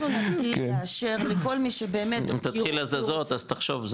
אם אנחנו נתחיל לאשר לכל מי שבאמת --- אם תתחיל הזזות אז תחשוב,